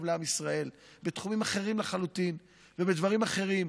לעם ישראל בתחומים אחרים לחלוטין ובדברים אחרים,